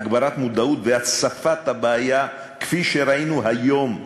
הגברת מודעות והצפת הבעיה כפי שראינו היום,